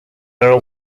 earl